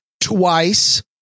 twice